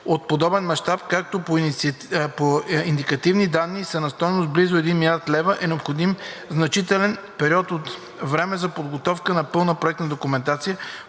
от подобен мащаб, които по индикативни данни са на стойност близо 1 млрд. лв., е необходим значителен период от време за подготовката на пълна проектна документация,